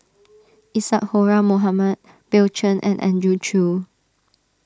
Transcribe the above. Isadhora Mohamed Bill Chen and Andrew Chew